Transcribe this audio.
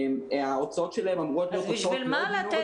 ההוצאות שלהן אמורות להיות הוצאות מאוד מינוריות,